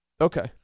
Okay